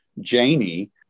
Janie